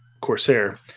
Corsair